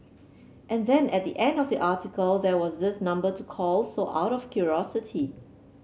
and then at the end of the article there was this number to call so out of curiosity